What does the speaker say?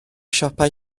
siopau